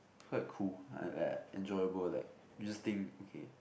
quite cool enjoyable like you just think okay